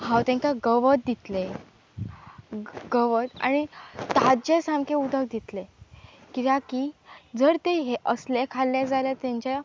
हांव तेंकां गवत दितलें गवत आनी ताज्जें सामकें उदक दितलें कित्या की जर तें हें असलें खाल्लें जाल्यार तेंच्या